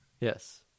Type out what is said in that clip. Yes